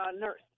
nurse